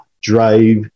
drive